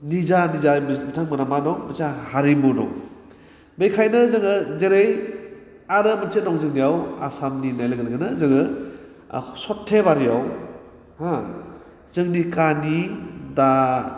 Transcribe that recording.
निजा निजानो बिथां मोना मा दं हारिमु दं बेखायनो जोङो जेरै आरो मोनसे दं जोंनियाव आसामनि होन्नाय लोगो लोगोनो जोङो सर्थेबारियाव हो जोंनि काहनि दा